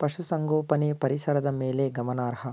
ಪಶುಸಂಗೋಪನೆ ಪರಿಸರದ ಮೇಲೆ ಗಮನಾರ್ಹ